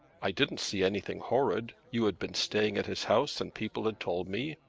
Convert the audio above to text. i didn't see anything horrid. you had been staying at his house and people had told me.